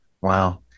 wow